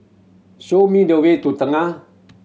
show me the way to Tengah